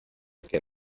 que